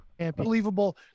Unbelievable